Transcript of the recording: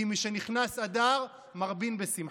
כי משנכנס אדר מרבין בשמחה.